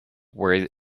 worried